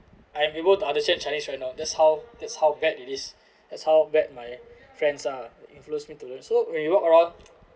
I'm able to understand chinese right now that's how that's how bad it is that's how bad my friends are influenced me to learn so when you walk around